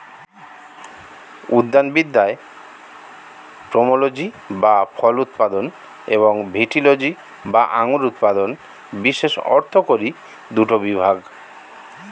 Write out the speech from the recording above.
উদ্যানবিদ্যায় পোমোলজি বা ফল উৎপাদন এবং ভিটিলজি বা আঙুর উৎপাদন বিশেষ অর্থকরী দুটি বিভাগ